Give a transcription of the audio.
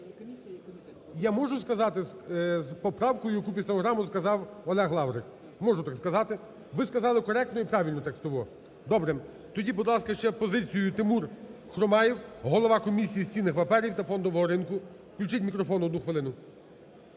Я можу сказати з поправкою, яку під стенограму сказав Олег Лаврик? Можу так сказати. Ви сказали коректно і правильно текстово. Добре. Тоді, будь ласка, ще позицію Тимур Хромаєв, голова Комісії з цінних паперів та фондового ринку. Включіть мікрофон, одну хвилину.